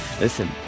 Listen